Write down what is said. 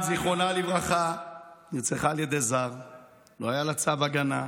הוא מזכיר שמות של נרצחות כדי לפגוע בנשים אחרות,